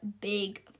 big